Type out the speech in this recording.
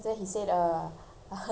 angie got call you or not I say